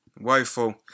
Woeful